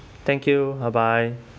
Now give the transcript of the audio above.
thank you uh bye